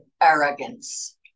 arrogance